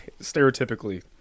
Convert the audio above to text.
stereotypically